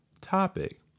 topic